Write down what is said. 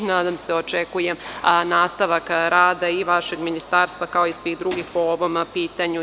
Nadam se, i očekujem nastavak rada i vašeg ministarstva kao i svih drugih po ovom pitanju.